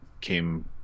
came